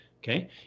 okay